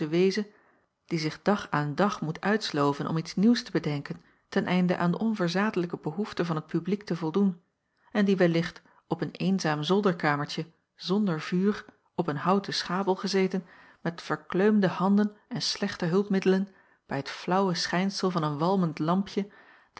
weeze die zich dag aan dag moet uitsloven om iets nieuws te bedenken ten einde aan de onverzadelijke behoefte van het publiek te voldoen en die wellicht op een eenzaam zolderkamertje zonder vuur op een houten schabel gezeten met verkleumde handen en slechte hulpmiddelen bij het flaauwe schijnsel van een walmend lampje